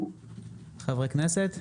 חברי כנסת?